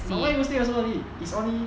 but why you go sleep so early it's only